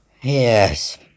Yes